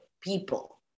people